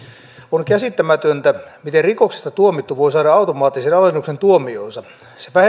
on käsittämätöntä miten rikoksesta tuomittu voi saada automaattisen alennuksen tuomioonsa se